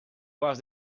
was